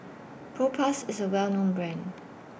Propass IS A Well known Brand